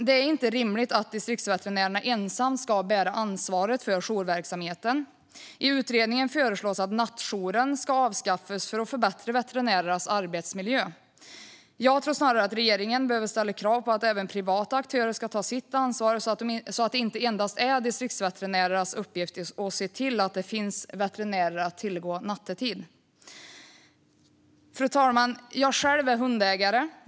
Det är inte rimligt att distriktsveterinärerna ensamma ska bära ansvaret för jourverksamheten. I utredningen föreslås att nattjouren ska avskaffas för att förbättra veterinärernas arbetsmiljö. Jag tror snarare att regeringen behöver ställa krav på att även privata aktörer ska ta sitt ansvar så att det inte endast är distriktsveterinärernas uppgift att se till att det finns veterinärer att tillgå nattetid. Fru talman! Jag själv är hundägare.